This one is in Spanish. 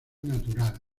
natural